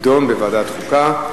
תידון בוועדת החוקה,